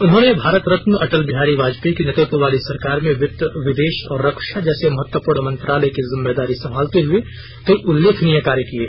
उन्होंने भारत रत्न अटल बिहारी वाजपेयी के नेतृत्व वाली सरकार में वित्त विदेश और रक्षा जैसे महत्वपूर्ण मंत्रालय की जिम्मेदारी संभालते हुए कई उल्लेखनीय कार्य किये